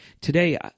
today